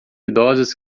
idosas